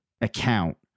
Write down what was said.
account